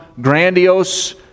grandiose